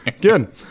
Good